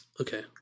Okay